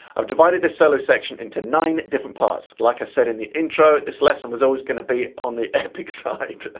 i've divided this solo section into nine different parts. like i said in the intro this lesson was always going to be on the epic side!